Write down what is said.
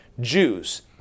Jews